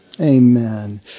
Amen